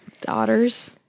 daughters